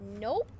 nope